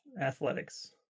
Athletics